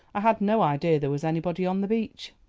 i had no idea there was anybody on the beach.